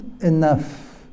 enough